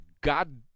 God